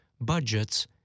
budgets